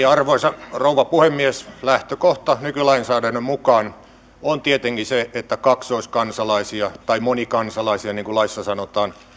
arvoisa rouva puhemies lähtökohta nykylainsäädännön mukaan on tietenkin se että kaksoiskansalaisia tai monikansalaisia niin kuin laissa sanotaan